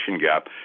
gap